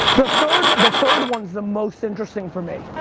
the third the third one's the most interesting for me.